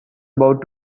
about